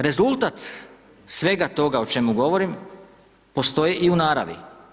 Rezultat svega toga o čemu govorim postoji u naravi.